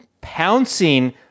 pouncing